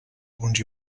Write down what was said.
alguns